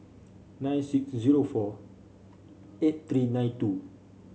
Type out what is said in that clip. nine six zero four eight three nine two